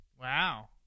Wow